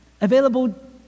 available